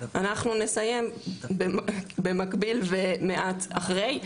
אנחנו נסיים במקביל ומעט אחרי,